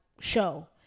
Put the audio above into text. show